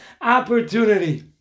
opportunity